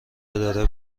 اداره